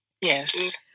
Yes